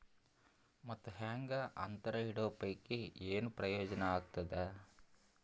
ಮತ್ತ್ ಹಾಂಗಾ ಅಂತರ ಇಡೋ ಪೈಕಿ, ಏನ್ ಪ್ರಯೋಜನ ಆಗ್ತಾದ?